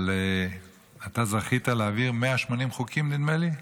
אבל אתה זכית להעביר 180 חוקים, נדמה לי.